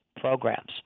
programs